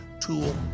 tool